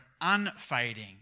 unfading